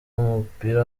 w’umupira